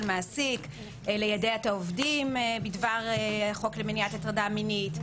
מעסיק ליידע את העובדים בדבר החוק למניעת הטרדה מינית,